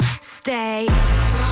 stay